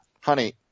honey